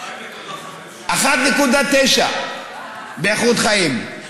1.9 באיכות חיים.